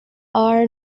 are